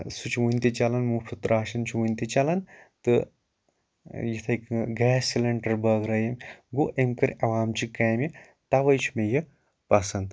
سُہ چھُ وٕنۍ تہِ چَلان مُفُت راشَن چھُ وٕنۍ تہِ چَلان تہٕ یِتٕھے کَنۍ گیس سِلٮ۪نٛڈَر بٲگرٲے أمۍ گوو أمۍ کٕرۍ عَوامچہِ کامہِ تہٕ تَوے چھُ مےٚ یہِ پَسنٛد تہٕ